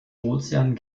ozean